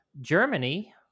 Germany